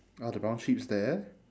oh the brown sheep's there